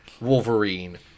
Wolverine